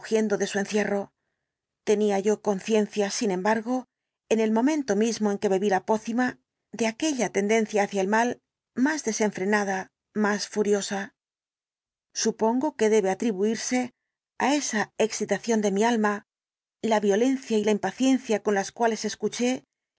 de su encierro tenía yo conciencia sin embargo en el momento mismo en que bebí la pócima de aquella tendencia hacia el mal más desenfrenada más furiosa supongo que debe atribuirse el dr jekyll á esa excitación de mi alma la violencia y la impaciencia con las cuales escuché